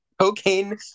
Cocaine